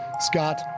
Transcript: Scott